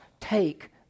take